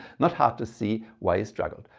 not hard to see why he struggled.